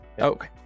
okay